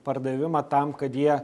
pardavimą tam kad jie